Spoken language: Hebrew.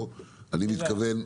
מי?